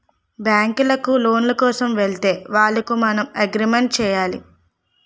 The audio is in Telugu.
బ్యాంకులకు లోను కోసం వెళితే వాళ్లకు మనం అగ్రిమెంట్ చేయాలి